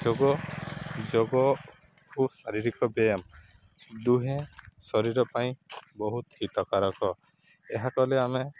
ଯୋଗ ଯୋଗକୁୁ ଶାରୀରିକ ବ୍ୟାୟାମ ଦୁହେଁ ଶରୀର ପାଇଁ ବହୁତ ହିତକାରକ ଏହା କଲେ ଆମେ